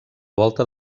volta